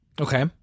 Okay